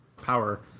Power